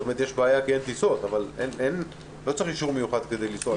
יש בעיה כי אין טיסות אבל לא צריך אישור מיוחד כדי לנסוע לחו"ל.